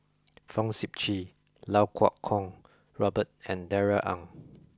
Fong Sip Chee Iau Kuo Kwong Robert and Darrell Ang